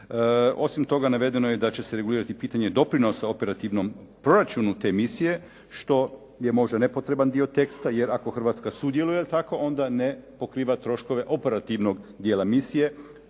Osim toga navedeno je da će se regulirati pitanje doprinosa operativnom proračunu te misije što je možda nepotreban dio teksta, jer ako Hrvatska sudjeluje jel' tako, onda ne pokriva troškove operativnog dijela misije,